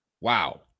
wow